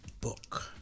book